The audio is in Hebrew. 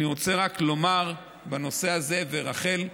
אני רוצה רק לומר בנושא הזה, רחל ושלי,